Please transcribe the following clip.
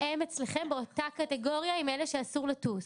והם אצלכם באותה קטגוריה עם אלה שאסור לטוס.